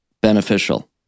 beneficial